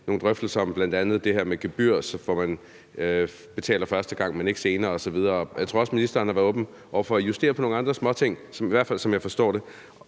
nogle drøftelser om bl.a. det her med et gebyr, hvor man betaler første gang, men ikke senere osv. Jeg tror også, ministeren har været åben over for at justere på nogle andre småting, i hvert fald som jeg forstår det,